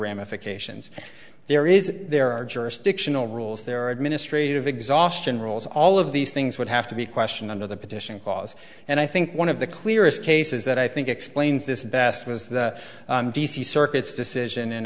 ramifications there is there are jurisdictional rules there are administrative exhaustion rules all of these things would have to be questioned under the petition clause and i think one of the clearest cases that i think explains this best was the d c circuits decision